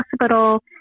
Hospital